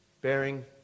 bearing